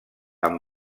amb